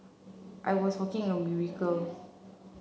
I was walking a miracle